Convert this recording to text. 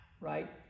Right